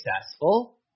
successful